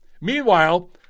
Meanwhile